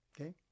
Okay